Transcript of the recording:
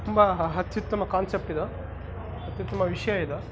ತುಂಬ ಅತ್ಯುತ್ತಮ ಕಾನ್ಸೆಪ್ಟ್ ಇದು ಅತ್ಯುತ್ತಮ ವಿಷಯ ಇದು